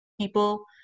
people